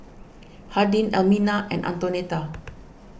Hardin Elmina and Antonetta